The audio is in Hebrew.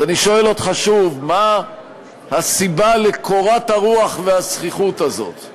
אז אני שואל אותך שוב: מה הסיבה לקורת הרוח והזחיחות הזאת?